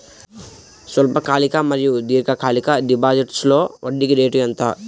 స్వల్పకాలిక మరియు దీర్ఘకాలిక డిపోజిట్స్లో వడ్డీ రేటు ఎంత?